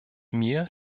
mir